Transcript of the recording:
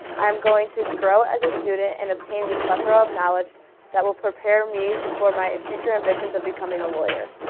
i am going to grow as a student, and obtain a plethora of knowledge that will prepare me for my future ambitions of becoming a lawyer.